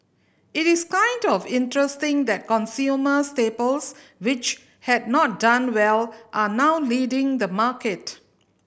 it is kind of interesting that consumer staples which had not done well are now leading the market